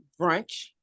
brunch